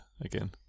again